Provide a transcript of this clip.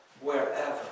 wherever